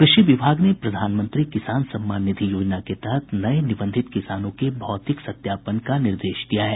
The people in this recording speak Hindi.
कृषि विभाग ने प्रधानमंत्री किसान सम्मान निधि योजना के तहत नये निबंधित किसानों के भौतिक सत्यापन का निर्देश दिया है